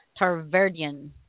Tarverdian